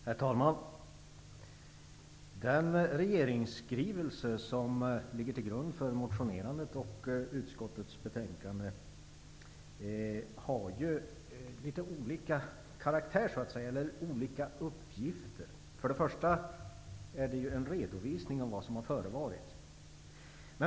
Herr talman! Den regeringsskrivelse som ligger till grund för motionerandet och utskottets betänkande har litet olika uppgifter. För det första är det en redovisning av vad som har förevarit.